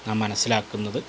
നാം മനസ്സിലാക്കുന്നത്